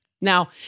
Now